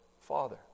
Father